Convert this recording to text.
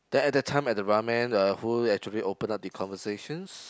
then at time at the ramen uh who actually open up the conversations